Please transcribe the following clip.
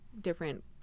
different